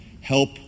help